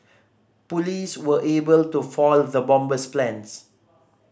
police were able to foil the bomber's plans